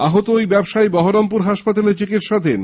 আহত ওই ব্যবসায়ী বহরমপুর হাসপাতালে চিকিৎসাধীন